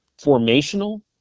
formational